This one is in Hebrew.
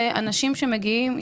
זה ילדים שמגיעים,